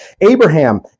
Abraham